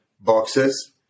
boxes